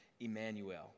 Emmanuel